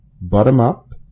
Bottom-up